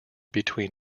between